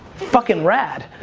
fuckin' rad,